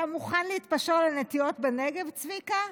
אתה מוכן להתפשר על הנטיעות בנגב, צביקה?